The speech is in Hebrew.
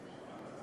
אדירים,